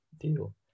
deal